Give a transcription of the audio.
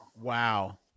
Wow